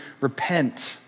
repent